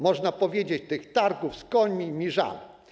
Można powiedzieć: tych targów z końmi mi żal.